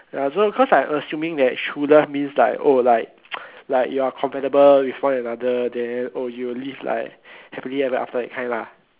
ya so cause like assuming that true love means like oh like like you are compatible with one another then oh you will live like happily ever after that kind lah